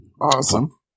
Awesome